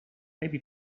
maybe